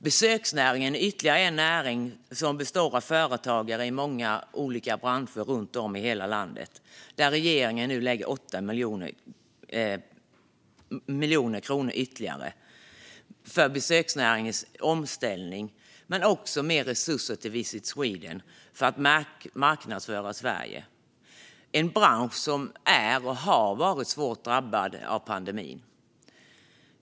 Besöksnäringen är ytterligare en näring som består av företagare i många olika branscher runt om i hela landet, och regeringen lägger nu 80 miljoner kronor ytterligare för besöksnäringens omställning men också mer resurser till Visit Sweden för att marknadsföra Sverige. Det är en bransch som är och har varit svårt drabbad av pandemin.